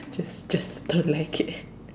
just just don't like it